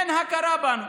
אין הכרה בנו,